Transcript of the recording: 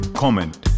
comment